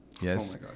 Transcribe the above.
Yes